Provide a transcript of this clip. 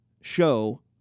show